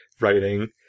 writing